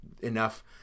enough